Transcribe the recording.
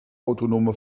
autonome